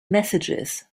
messages